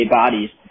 bodies